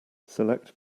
select